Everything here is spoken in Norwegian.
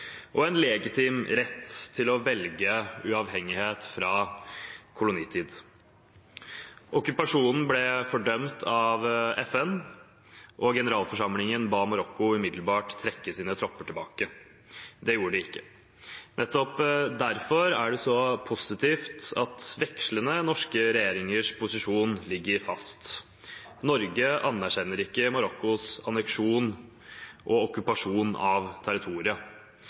og en legitim rett til å velge uavhengighet fra kolonitid. Okkupasjonen ble fordømt av FN, og generalforsamlingen ba Marokko umiddelbart trekke sine tropper tilbake. Det gjorde de ikke. Nettopp derfor er det så positivt at vekslende norske regjeringers posisjon ligger fast. Norge anerkjenner ikke Marokkos anneksjon og okkupasjon av